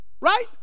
right